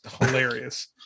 hilarious